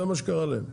זה מה שקרה להם.